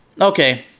okay